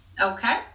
Okay